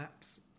apps